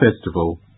Festival